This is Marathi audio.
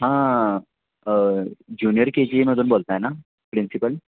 हां ज्युनिअर के जी एमधून बोलत आहे ना प्रिन्सिपल